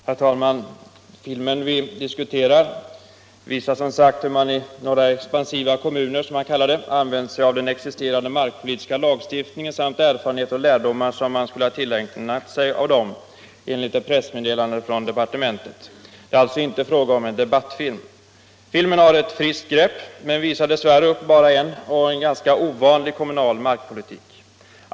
Herr talman! Den film som det här gäller visar enligt ett från departementet utsänt pressmeddelande hur man i tre expansiva kommuner har använt sig av den existerande markpolitiska lagstiftningen samt de erfarenheter och lärdomar man därvid har tillägnat sig. Det är alltså inte fråga om en debattfilm. Den har ett friskt grepp men visar dess värre bara upp en — och en ganska ovanlig - kommunal markpolitik.